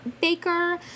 Baker